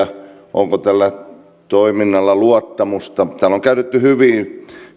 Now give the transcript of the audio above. onko tällä toiminnalla luottamusta täällä on käytetty hyviä